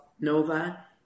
Nova